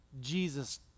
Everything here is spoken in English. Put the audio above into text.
Jesus